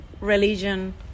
religion